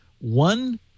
one